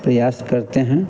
प्रयास करते हैं